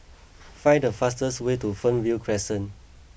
find the fastest way to Fernvale Crescent